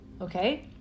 Okay